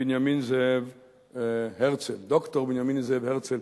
בנימין זאב הרצל, ד"ר בנימין זאב הרצל.